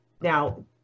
Now